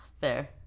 Fair